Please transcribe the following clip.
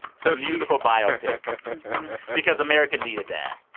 so a musical biopic because america needed that